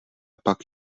pak